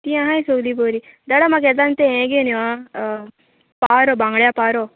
ती आहाय सोगली बोरी दाडा म्हाका येताणा तें हें घेवन यो आं पारो बांगड्या पारो